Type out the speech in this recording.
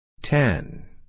Ten